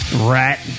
Rat